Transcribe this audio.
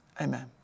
amen